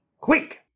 quick